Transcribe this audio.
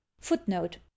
Footnote